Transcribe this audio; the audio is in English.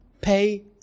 pay